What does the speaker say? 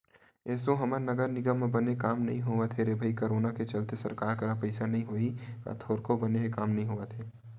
एसो हमर नगर निगम म बने काम नइ होवत हे रे भई करोनो के चलत सरकार करा पइसा नइ होही का थोरको बने काम नइ होवत हे